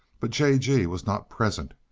but j. g. was not present,